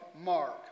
Mark